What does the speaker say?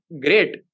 great